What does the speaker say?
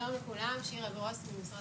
שלום לכולם, שירה גרוס ממשרד